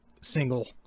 single